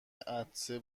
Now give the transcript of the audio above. عطسه